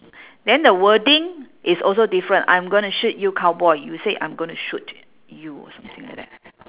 then the wording is also different I'm gonna shoot you cowboy you say I'm going to shoot you or something like that